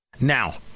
Now